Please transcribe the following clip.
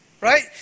right